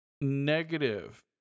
negative